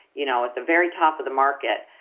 you know, at the very top of the market,